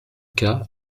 cas